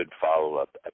follow-up